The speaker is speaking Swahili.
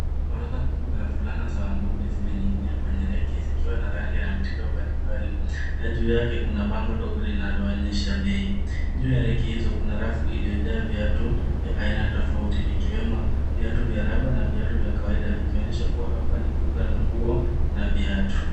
Orodha kubwa ya fulana za wanaume zimeninginia kwenye reki zikiwa na rangi ya mtindo mbali mbali na juu yake kuna bango dogo linaloonyesha bei. Juu ya reki hizo kuna rafu iliyojaa viatu vya aina tofauti ikiwemo viatu vya raba na viatu vya kawaida vikionyesha kuwa hapa ni duka la nguo na viatu.